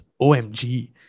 OMG